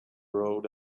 road